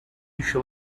еще